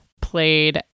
played